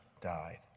died